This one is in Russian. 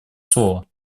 слово